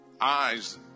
eyes